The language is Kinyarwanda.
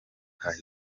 bahoze